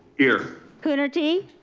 here. coonerty?